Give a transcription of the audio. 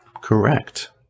Correct